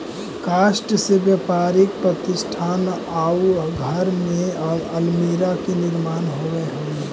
काष्ठ से व्यापारिक प्रतिष्ठान आउ घर में अल्मीरा के निर्माण होवऽ हई